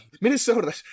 minnesota